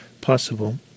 possible